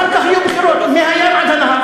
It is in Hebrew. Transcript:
ואחר כך יהיו בחירות מהים עד הנהר,